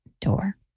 door